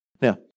Now